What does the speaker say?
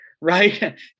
right